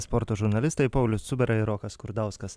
sporto žurnalistai paulius cubera ir rokas skurdauskas